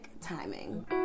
timing